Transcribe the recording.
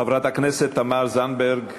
חברת הכנסת תמר זנדברג,